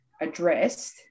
addressed